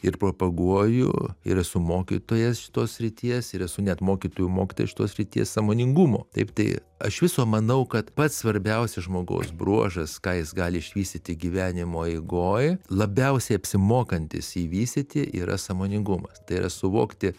ir propaguoju ir esu mokytojas šitos srities ir esu net mokytojų mokytojas šitos srities sąmoningumo taip tai aš viso manau kad pats svarbiausias žmogaus bruožas ką jis gali išvystyti gyvenimo eigoj labiausiai apsimokantis jį vystyti yra sąmoningumas tai yra suvokti